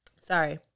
Sorry